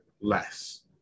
less